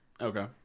Okay